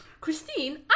Christine